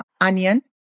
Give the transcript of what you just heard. onion